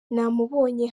namubonye